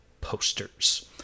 posters